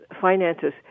finances